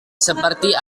seperti